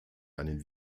einen